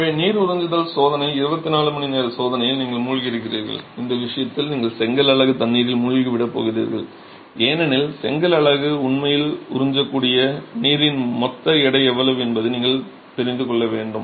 எனவே நீர் உறிஞ்சுதல் சோதனை 24 மணி நேர சோதனையில் நீங்கள் மூழ்கி இருக்கிறீர்கள் இந்த விஷயத்தில் நீங்கள் செங்கல் அலகு தண்ணீரில் மூழ்கிவிடப் போகிறீர்கள் ஏனெனில் செங்கல் அலகு உண்மையில் உறிஞ்சக்கூடிய நீரின் மொத்த எடை எவ்வளவு என்பதை நீங்கள் தெரிந்து கொள்ள வேண்டும்